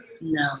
No